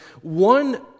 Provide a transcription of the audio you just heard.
One